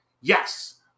Yes